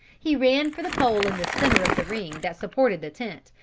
he ran for the pole in the center of the ring that supported the tent,